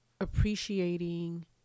appreciating